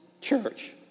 church